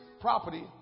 property